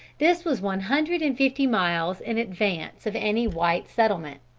this was one hundred and fifty miles in advance of any white settlement.